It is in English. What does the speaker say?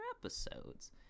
episodes